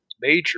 major